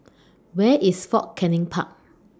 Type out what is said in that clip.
Where IS Fort Canning Park